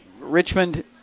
Richmond